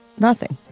nothing.